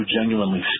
genuinely